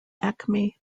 acme